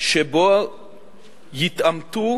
שבו יתעמתו